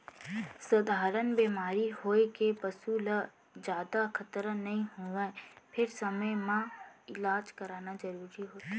सधारन बेमारी होए ले पसू ल जादा खतरा नइ होवय फेर समे म इलाज कराना जरूरी होथे